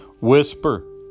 whisper